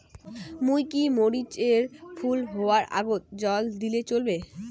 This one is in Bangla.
মুই কি মরিচ এর ফুল হাওয়ার আগত জল দিলে চলবে?